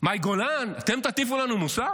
מאי גולן, אתם תטיפו לנו מוסר